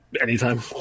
anytime